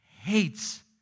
hates